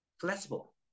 flexible